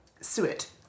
suet